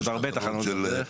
יש עוד הרבה תחנות בדרך.